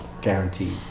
guaranteed